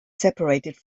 separated